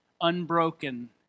unbroken